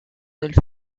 del